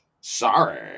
Sorry